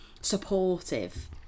supportive